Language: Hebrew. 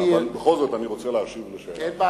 אבל בכל זאת אני רוצה להשיב לשאלות.